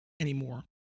anymore